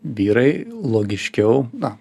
vyrai logiškiau na